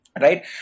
right